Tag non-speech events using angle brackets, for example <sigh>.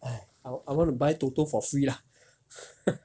<breath> I want I want to buy toto for free lah <laughs>